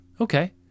Okay